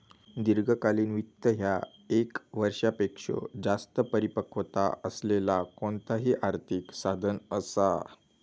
दीर्घकालीन वित्त ह्या ये क वर्षापेक्षो जास्त परिपक्वता असलेला कोणताही आर्थिक साधन असा